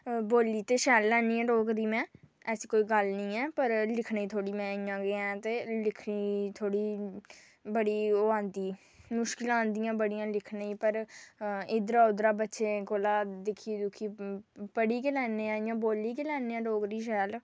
बोल्ली ते शैल लैन्नी आं डोगरी में ऐसी कोई गल्ल निं पर लिखने ई थोह्ड़ी में इ'यां गै ऐ ते लिखने ई थोह्ड़ी बड़ी ओह् औंदी मुश्कलां औंदियां बड़ियां लिखनें ई पर इद्धरा उद्धरा बच्चें कोला दिक्खी दुक्खियै पढ़ी गै लैन्ने आं इ'यां बोल्ली गै लैन्ने आं डोगरी शैल